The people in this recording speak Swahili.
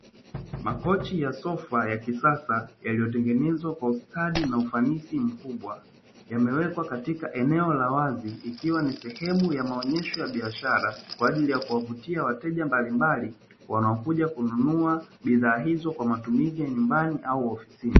Makochi ya sofa ya kisasa yaliyotengenezwa kwa ustadi na ufanisi mkubwa yamewekwa katika eneo la wazi, ikiwa ni sehemu ya maonyesho ya biashara kwa ajili ya kuwavutia wateja mbalimbali wanaokuja kununua bidhaa hizo kwa ajili ya matumizi ya nyumbani au ofisini.